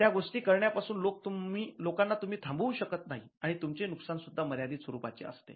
त्या गोष्टी करण्यापासून लोकांना तुम्ही थांबवू शकत नाही आणि तुमचे नुकसान सुद्धा मर्यादित स्वरुपाची असते